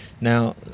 now